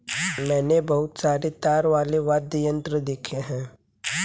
मैंने बहुत सारे तार वाले वाद्य यंत्र देखे हैं